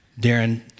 Darren